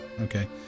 Okay